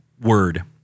word